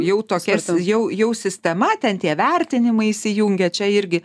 jau tokia jau jau sistema ten tie vertinimai įsijungia čia irgi